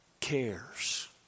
cares